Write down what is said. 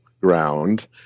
ground